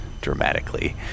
dramatically